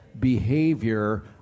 behavior